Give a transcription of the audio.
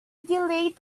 delayed